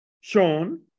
Sean